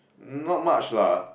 um not much lah